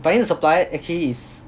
but then the supplier actually is